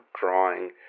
drawing